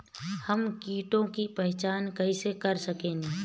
हम कीटों की पहचान कईसे कर सकेनी?